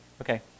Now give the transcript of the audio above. Okay